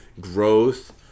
growth